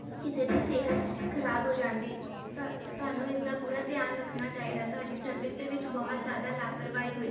ਕਿਸੇ ਦੀ ਸਿਹਤ ਖ਼ਰਾਬ ਹੋ ਜਾਂਦੀ ਤੁਹਾਨੂੰ ਤੁਹਾਨੂੰ ਇਸਦਾ ਪੂਰਾ ਧਿਆਨ ਰੱਖਣਾ ਚਾਹੀਦਾ ਤੁਹਾਡੀ ਸਰਵਿਸ ਦੇ ਵਿੱਚ ਬਹੁਤ ਜ਼ਿਆਦਾ ਲਾਪਰਵਾਹੀ ਹੋਈ